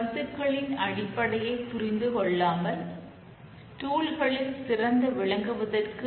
கருத்துக்களின் அடிப்படையை புரிந்து கொள்ளாமல் டூல்களில் கற்றுக்கொள்வது